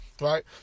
Right